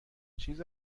چیز